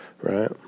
Right